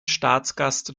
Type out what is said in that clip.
staatsgast